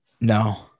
No